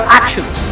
actions